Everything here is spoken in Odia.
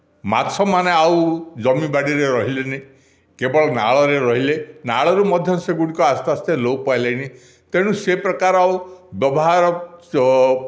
ମାଛମାନେ ଆଉ ଜମି ବାଡ଼ିରେ ରହିଲେନାହିଁ କେବଳ ନାଳରେ ରହିଲେ ନାଳରୁ ମଧ୍ୟ ସେଗୁଡ଼ିକ ଆସ୍ତେ ଆସ୍ତେ ଲୋପ ପାଇଲେଣି ତେଣୁ ସେପ୍ରକାର ଆଉ ବ୍ୟବହାର